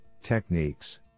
techniques